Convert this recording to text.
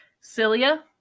cilia